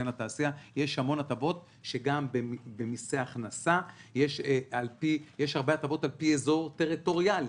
יש המון הטבות שגם במיסי הכנסה יש הרבה הטבות על-פי אזור טריטוריאלי,